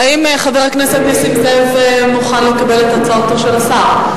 האם חבר הכנסת נסים זאב מוכן לקבל את הצעתו של השר?